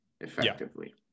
effectively